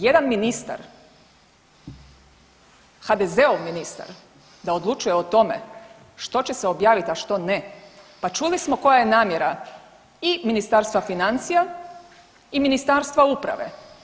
Jedan ministar, HDZ-ov ministar da odlučuje o tome što će se objavit, a što ne pa čuli smo koja je namjera i Ministarstva financija i Ministarstva uprave.